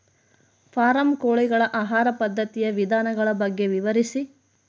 Form ಕೋಳಿಗಳ ಆಹಾರ ಪದ್ಧತಿಯ ವಿಧಾನಗಳ ಬಗ್ಗೆ ವಿವರಿಸಿ?